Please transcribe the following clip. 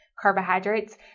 carbohydrates